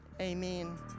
amen